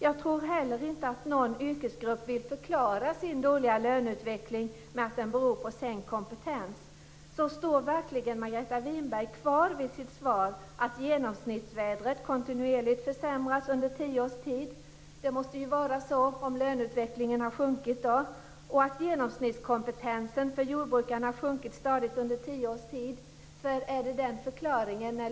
Jag tror heller inte att någon yrkesgrupp vill förklara sin dåliga löneutveckling med att den beror på sänkt kompetens. Står verkligen Margareta Winberg kvar vid sitt svar att genomsnittsvädret kontinuerligt försämrats och att jordbrukarnas genomsnittskompetens har försämrats stadigt under tio års tid?